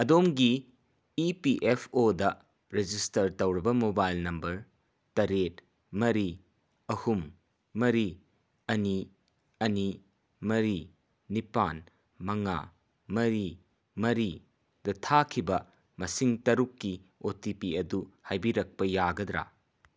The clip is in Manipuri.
ꯑꯗꯣꯝꯒꯤ ꯏ ꯄꯤ ꯑꯦꯐ ꯑꯣꯗ ꯔꯤꯖꯤꯁꯇꯥꯔ ꯇꯧꯔꯕ ꯃꯣꯕꯥꯏꯜ ꯅꯝꯕꯔ ꯇꯔꯦꯠ ꯃꯔꯤ ꯑꯍꯨꯝ ꯃꯔꯤ ꯑꯅꯤ ꯑꯅꯤ ꯃꯔꯤ ꯅꯤꯄꯥꯟ ꯃꯉꯥ ꯃꯔꯤ ꯃꯔꯤꯗ ꯊꯥꯈꯤꯕ ꯃꯁꯤꯡ ꯇꯔꯨꯛꯀꯤ ꯑꯣ ꯇꯤ ꯄꯤ ꯑꯗꯨ ꯍꯥꯏꯕꯤꯔꯛꯄ ꯌꯥꯒꯗ꯭ꯔꯥ